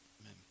amen